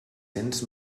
cents